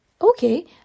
okay